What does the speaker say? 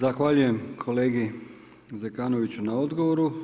Zahvaljujem kolega Zekanoviću na odgovoru.